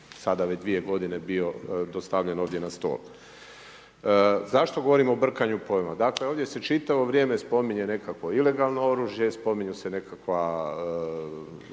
sada već 2 godine bio dostavljen ovdje na stol. Zašto govorim o brkanju pojmova? Dakle, ovdje se čitavo vrijeme spominje nekakvo ilegalno oružje, spominju se nekakva